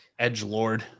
Edgelord